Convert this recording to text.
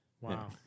Wow